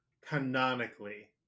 canonically